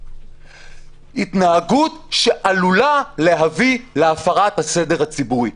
התנהגות שעלולה להביא להפרת הסדר הציבורי.